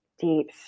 deep